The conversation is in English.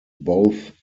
both